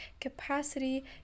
capacity